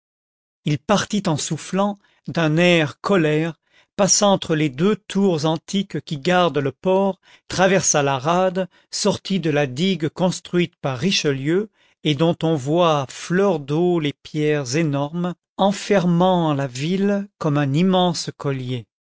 il partit en soufflant d'un air colère passa entre les deux tours antiques qui gardent le port traversa la rade sortit de la digue construite par richelieu et dont on voit à fleur d'eau les pierres énormes enfermant la ville comme un immense collier